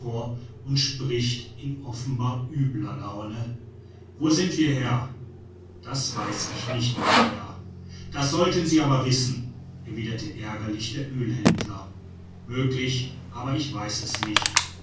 und spricht in offenbar übler laune wo sind wir herr das weiß ich nicht mein herr das sollten sie aber wissen erwidert ärgerlich der oelhändler möglich aber ich weiß es nicht